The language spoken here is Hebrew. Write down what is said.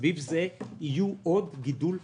סביב זה יהיה עוד גידול.